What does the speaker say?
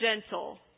gentle